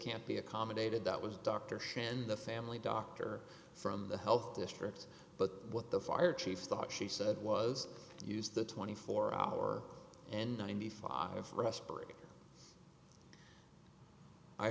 can't be accommodated that was dr shannon the family doctor from the health district but what the fire chief thought she said was use the twenty four hour and ninety five respirators i